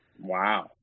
Wow